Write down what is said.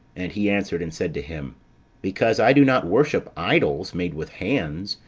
and he answered, and said to him because i do not worship idols made with hands,